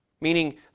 Meaning